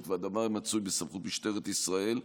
והדבר מצוי בסמכות משטרת ישראל,